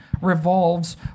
revolves